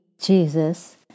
Jesus